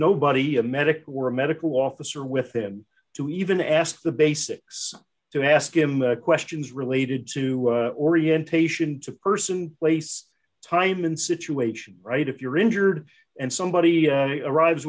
nobody a medic were a medical officer with him to even ask the basics to ask him questions related to orientation to person place time in situation right if you're injured and somebody arrives